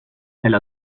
elle